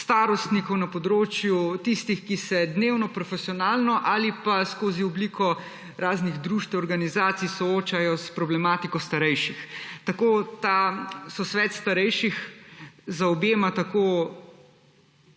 starostnikov, na področju tistih, ki se dnevno profesionalno ali pa skozi obliko raznih društev, organizacij soočajo s problematiko starejših. Tako ta sosvet starejših zaobjema tako